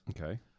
Okay